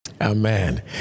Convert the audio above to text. Amen